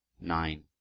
nine